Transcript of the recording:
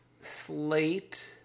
Slate